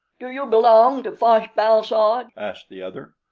do you belong to fosh-bal-soj? asked the other.